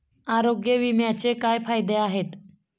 आरोग्य विम्याचे काय फायदे आहेत?